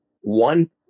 one